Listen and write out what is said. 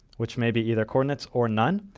which may be either coordinates or none.